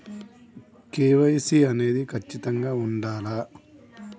KYC అనేది ఖచ్చితంగా ఉండాలా?